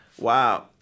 Wow